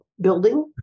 building